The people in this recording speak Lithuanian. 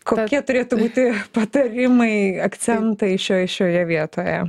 kokie turėtų būti patarimai akcentai šioj šioje vietoje